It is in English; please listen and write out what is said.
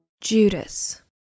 Judas